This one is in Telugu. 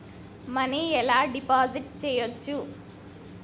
మనీ ఎలా డిపాజిట్ చేయచ్చు?